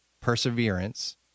perseverance